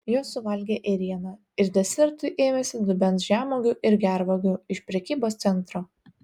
jos suvalgė ėrieną ir desertui ėmėsi dubens žemuogių ir gervuogių iš prekybos centro